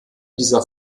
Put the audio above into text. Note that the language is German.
dieser